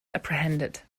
apprehended